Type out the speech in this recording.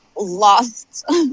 lost